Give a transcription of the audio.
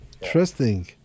Interesting